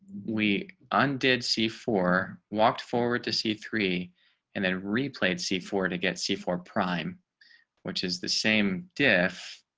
we undid see for walked forward to see three and then replayed see for to get see for prime which is the same diff,